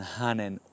hänen